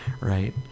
right